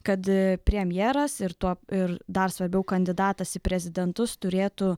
kad premjeras ir tuo ir dar svarbiau kandidatas į prezidentus turėtų